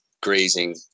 grazing